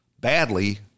badly